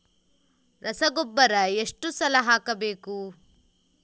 ರಸಗೊಬ್ಬರ ಎಷ್ಟು ಸಲ ಹಾಕಬೇಕು?